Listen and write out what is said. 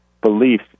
belief